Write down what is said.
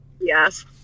yes